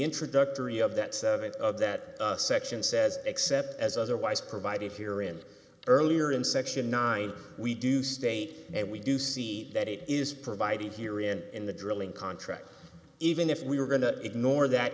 introductory of that th of that section says except as otherwise provided here in earlier in section nine we do state and we do see that it is provided here in in the drilling contract even if we are going to ignore that